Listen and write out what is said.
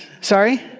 Sorry